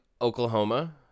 Oklahoma